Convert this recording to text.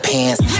Pants